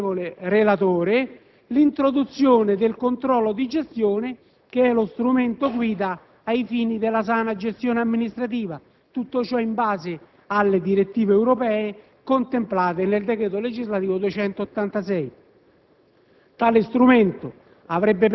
onorevole Presidente e onorevole relatore, l'introduzione del controllo di gestione che è lo strumento guida ai fini della sana gestione amministrativa (tutto ciò in base alle direttive europee contemplate nel decreto legislativo n.